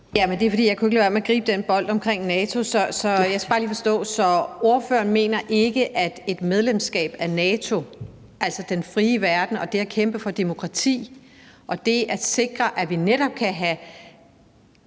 jeg ikke kunne lade være med at gribe den bold omkring NATO. Så jeg skal bare lige forstå det. Ordføreren mener ikke, at et medlemskab af NATO sikrer det, nemlig den frie verden og det at kæmpe for demokrati og det at sikre, at vi netop kan have